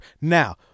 now